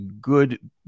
good